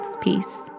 Peace